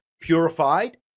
purified